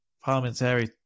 Parliamentary